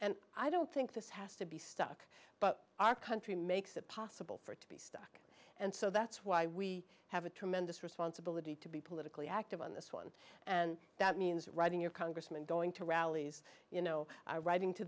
and i don't think this has to be stuck but our country makes it possible for it to be sick and so that's why we have a tremendous responsibility to be politically active on this one and that means writing your congressman going to rallies you know writing to